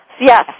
yes